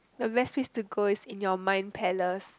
the best place to go is in your mind palace